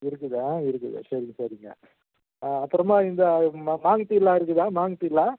இருக்குதா இருக்குது சரி சரிப்பா ஆ அப்புறமா இந்த ம மாங்குத்திலாம் இருக்குதா மாங்குத்திலாம்